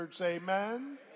Amen